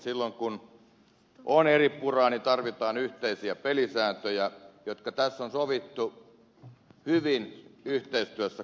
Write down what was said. silloin kun on eripuraa tarvitaan yhteisiä pelisääntöjä jotka tässä on sovittu hyvin yhteistyössä kolmikannassa